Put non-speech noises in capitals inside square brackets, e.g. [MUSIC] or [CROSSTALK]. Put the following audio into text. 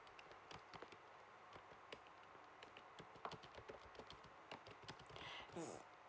[BREATH] yi~